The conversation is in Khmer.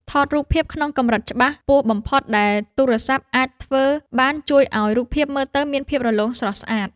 ថតរូបភាពក្នុងកម្រិតច្បាស់ខ្ពស់បំផុតដែលទូរស័ព្ទអាចធ្វើបានជួយឱ្យរូបភាពមើលទៅមានភាពរលោងស្រស់ស្អាត។